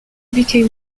became